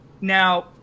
Now